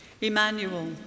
Emmanuel